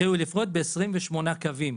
יתחילו לפעול, ב-28 קווים